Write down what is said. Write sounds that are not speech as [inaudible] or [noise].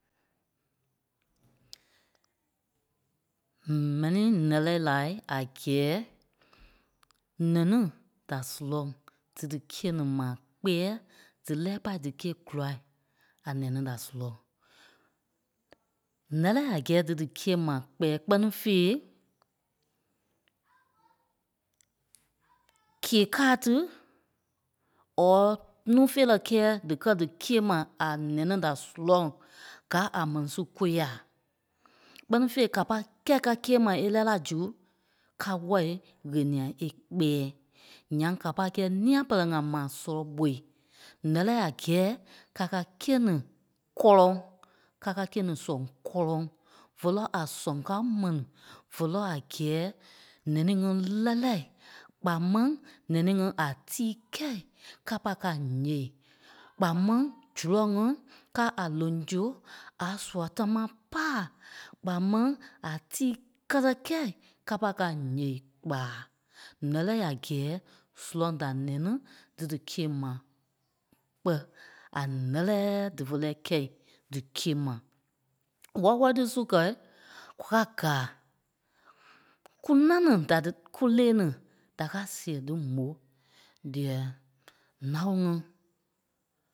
M̀ɛnii ǹɛ́lɛɛi lai a gɛ́ɛ nɛnî da surɔ̂ŋ dí dí kîe ni maa kpɛ́ɛ dí lɛ́ɛ pâi dí kîe kûlai a nɛnî da surɔ̂ŋ. Ǹɛ́lɛɛi a gɛ́ɛ dí dí kîe ni maa kpɛ́ɛ kpɛ́ni fêi, [noise] kîe kâa tí, or núu feerɛ kɛ́ɛ díkɛ dí kîe ma a nɛnî da surɔ̂ŋ, gáa a mɛni su kôyaa. Kpɛ́ni fêi ka pâi kɛ́i ká kîe ma é lɛ́ɛ la zu ká wɔ̂i ɣeniɛi é kpɛ́ɛ. Ǹyaŋ ka pâi kɛ̂i nîa pɛlɛɛ ŋa maa sɔlɔ ɓói, ǹɛ́lɛɛi a gɛ́ɛ ká kákîe ni kɔ́lɔŋ. Ká kákîe ni sɔŋ kɔ́lɔŋ, vé lɔ́ a sɛŋ kao mɛni, vé lɔ́ a gɛ́ɛ nɛnîi ŋí lɛ́lɛɛi kpaa máŋ nɛnîi ŋí a tíi kɛ̂i kâpa káa ǹyêei, kpaa máŋ zurɔ̂ŋ ŋí káa a loŋso a sua támaa pâa, kpaa máŋ a tíi kɛ́tɛ kɛ̂i kâpa káa ǹyêei, kpa. Ǹɛ́lɛɛi a gɛ́ɛ surɔ̂ŋ da nɛnî dí dí kîe maa kpɛ́ a ǹɛ́lɛɛ dífe lɛ́ɛ kɛ̂i dí kîe ma. Wɔ́lɔ wɔlɔ tí su kɛ̀i, kwa kâa gàa kú ńâŋ ni da dí- kú lee ni da kâa sèe dí mò, dîɛ nàloŋ ŋí.